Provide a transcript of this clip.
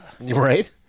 right